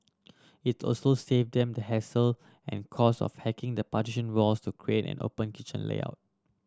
it also save them the hassle and cost of hacking the partition walls to create an open kitchen layout